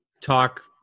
talk